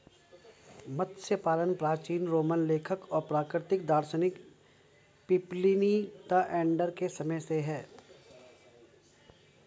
मत्स्य पालन प्राचीन रोमन लेखक और प्राकृतिक दार्शनिक प्लिनी द एल्डर के समय से है